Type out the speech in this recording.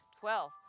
Twelve